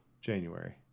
January